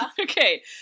Okay